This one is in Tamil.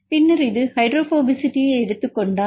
பின்னர் இது ஹைட்ரோபோபசிட்டியை எடுத்துக் கொண்டால்